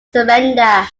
surrender